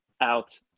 out